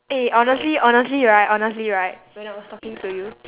eh honestly honestly right honestly right when I was talking to